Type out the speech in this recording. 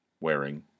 wearing